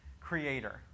creator